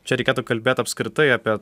čia reikėtų kalbėt apskritai apie